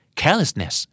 carelessness